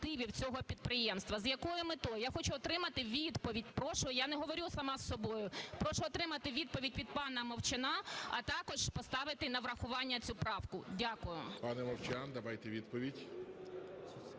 Прошу отримати відповідь від пана Мовчана, а також поставити на врахування цю правку. Дякую.